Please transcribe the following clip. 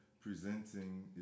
presenting